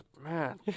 man